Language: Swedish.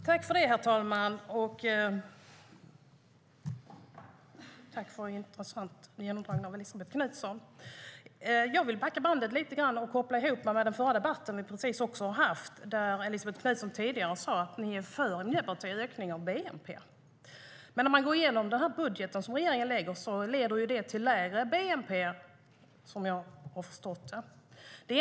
Herr talman! Jag tackar Elisabet Knutsson för en intressant genomdragning. Jag vill backa bandet lite och koppla ihop med den förra debatten, som vi precis haft, där Elisabet Knutsson sa att Miljöpartiet är för en ökning av bnp. Men om man går igenom den budget regeringen lagt fram ser man att den leder till lägre bnp, som jag har förstått det.